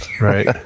Right